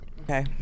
Okay